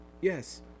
yes